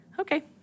Okay